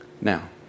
Now